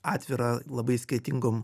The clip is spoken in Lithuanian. atvirą labai skirtingom